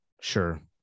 sure